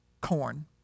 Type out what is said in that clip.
corn